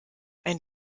ein